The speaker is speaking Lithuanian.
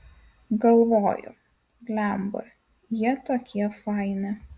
galvoju blemba jie tokie faini